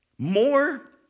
More